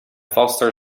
foster